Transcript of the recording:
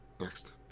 Next